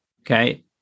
Okay